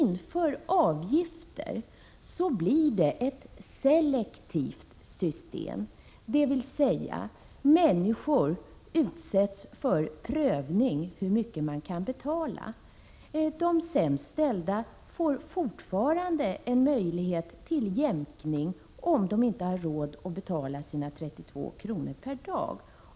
När avgifter införs skapas ett selektivt system, dvs. människor utsätts för prövning av hur mycket de kan betala. De sämst ställda får fortfarande en möjlighet till jämkning om de inte har råd att betala 32 kr. per dag.